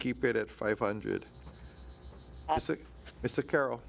keep it at five hundred it's a carol